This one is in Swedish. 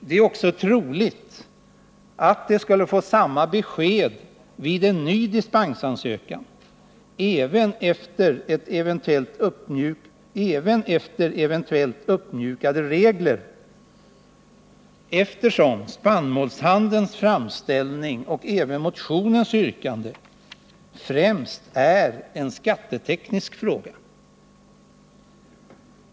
Det är troligt att de skulle få samma besked vid en ny dispensansökan, även om reglerna skulle uppmjukas. Spannmålshandelns framställning och motionens yrkande gäller nämligen främst en skatteteknisk fråga.